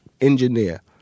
engineer